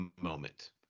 moment